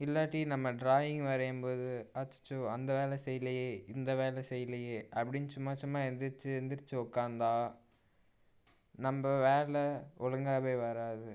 இல்லாட்டி நம்ம ட்ராயிங் வரையும் போது அச்சச்சோ அந்த வேலை செய்யலையே இந்த வேலை செய்யலையே அப்படினு சும்மா சும்மா எழுந்திரிச்சி எழுந்திரிச்சி உட்கார்ந்தா நம்ம வேலை ஒழுங்காவே வராது